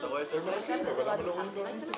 שהתקבלו והסכומים שמנוכים,